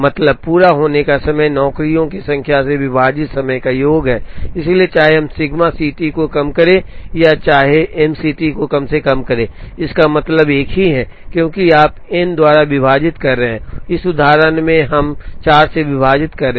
मतलब पूरा होने का समय नौकरियों की संख्या से विभाजित समय का योग है इसलिए चाहे हम सिग्मा सीटी को कम करें या चाहे हम एमसीटी को कम से कम करें इसका मतलब एक ही है क्योंकि आप एन द्वारा विभाजित कर रहे हैं और इस उदाहरण में हम 4 से विभाजित कर रहे हैं